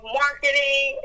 marketing